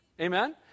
Amen